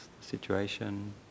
situation